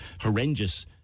horrendous